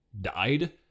died